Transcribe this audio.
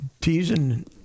teasing